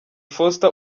foster